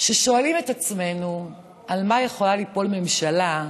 כשאנחנו שואלים את עצמנו על מה יכולה ליפול ממשלה,